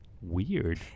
weird